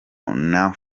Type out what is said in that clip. north